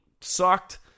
Sucked